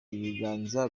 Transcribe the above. ibiganza